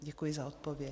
Děkuji za odpověď.